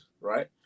right